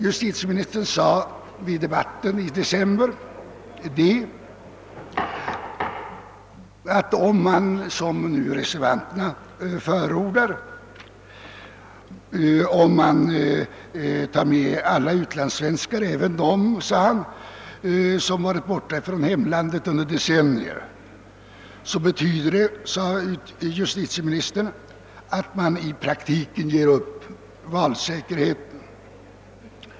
Justitieministern anförde då bl.a. följande: »Men om man som reservanterna förordar tar med alla ut landssvenskar, även sådana som har varit borta från hemlandet under decennier, betyder det i praktiken att man helt ger upp valsäkerheten.